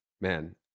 man